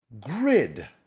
Grid